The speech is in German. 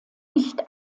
nicht